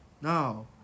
now